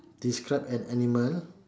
describe an animal